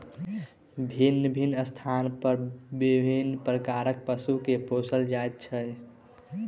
भिन्न भिन्न स्थान पर विभिन्न प्रकारक पशु के पोसल जाइत छै